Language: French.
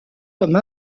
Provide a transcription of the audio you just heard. comme